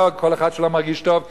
לא כל אחד שלא מרגיש טוב,